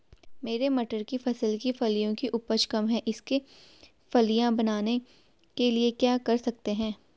मेरी मटर की फसल की फलियों की उपज कम है इसके फलियां बनने के लिए क्या कर सकते हैं?